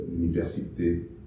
l'université